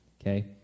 okay